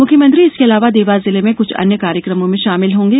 मुख्यमंत्री इसके अलावा देवास जिले में कुछ अन्य कार्यक्रमों में शामिल होंगे